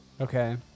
okay